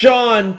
John